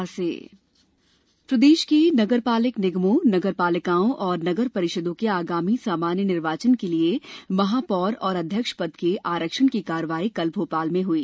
निकाय आरक्षण प्रदेश के नगरपालिक निगमोंए नगरपालिकाओं और नगर परिषदों के आगामी सामान्य निर्वाचन के लिये महापौर और अध्यक्ष पद के आरक्षण की कार्यवाही आज भोपाल में हुई